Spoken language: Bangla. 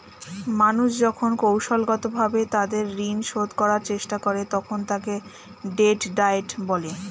মানুষ যখন কৌশলগতভাবে তাদের ঋণ শোধ করার চেষ্টা করে, তখন তাকে ডেট ডায়েট বলে